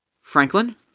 Franklin